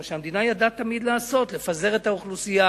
מה שהמדינה ידעה תמיד לעשות, לפזר את האוכלוסייה,